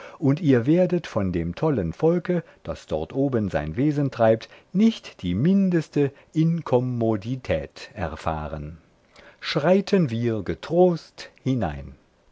und ihr werdet von dem tollen volke das dort oben sein wesen treibt nicht die mindeste inkommodität erfahren schreiten wir getrost hinein